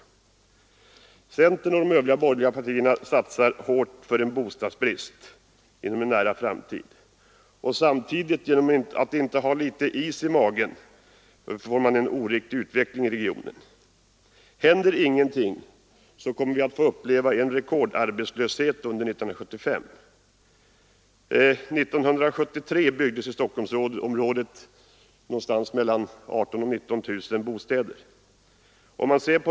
Centern och de 143 övriga borgerliga partierna satsar hårt för en bostadsbrist inom en nära framtid. Samtidigt får man genom att inte ha litet is i magen en oriktig utveckling i regionen. Händer ingenting kommer vi att få uppleva en rekordarbetslöshet under 1975. År 1973 byggdes i Stockholmsområdet 18 000—19 000 bostäder.